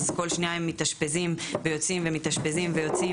אז הם מתאשפזים ויוצאים כל שנייה.